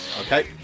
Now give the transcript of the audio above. Okay